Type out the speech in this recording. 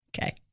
okay